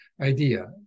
idea